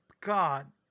God